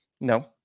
No